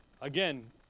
Again